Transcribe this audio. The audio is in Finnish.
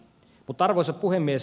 arvoisa puhemies